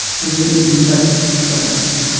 and an even better servant.